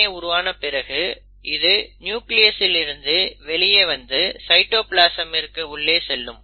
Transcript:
mRNA உருவான பிறகு இது நியூக்ளியஸ்ஸில் இருந்து வெளியே வந்து சைட்டோபிளாசமிற்கு உள்ளே செல்லும்